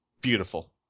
beautiful